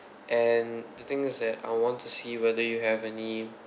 and the thing is that I want to see whether you have any